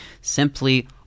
Simply